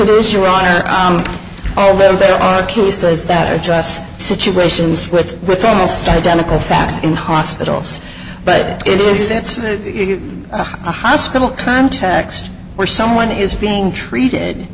this your honor although there are cases that are just situations with with almost identical facts in hospitals but it is it says you a hospital context where someone is being treated